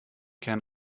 can